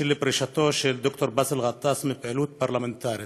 של פרישתו של ד"ר באסל גטאס מפעילות פרלמנטרית,